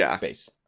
base